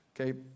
Okay